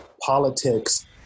politics